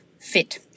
fit